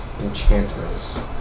enchantments